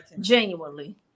Genuinely